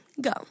Go